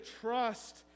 trust